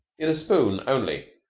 in a spoon only.